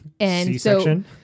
C-section